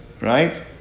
Right